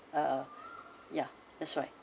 ah yeah that's right